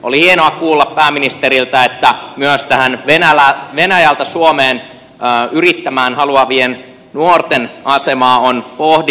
oli hienoa kuulla pääministeriltä että myös venäjältä suomeen yrittämään haluavien nuorten asemaa on pohdittu